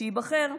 שייבחר.